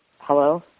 Hello